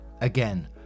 Again